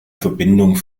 verbindung